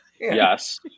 Yes